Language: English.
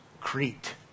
Crete